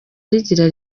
rigira